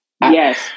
Yes